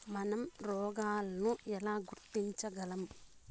మనం రోగాలను ఎలా గుర్తించగలం?